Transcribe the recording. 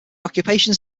occupations